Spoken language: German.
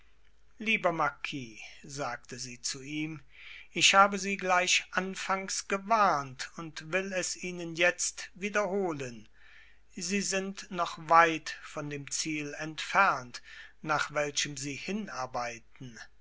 lieber marquis sagte sie zu ihm ich habe sie gleich anfangs gewarnt und will es ihnen jetzt wiederholen sie sind noch weit von dem ziel entfernt nach welchem sie hinarbeiten